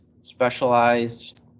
specialized